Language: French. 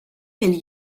qu’elle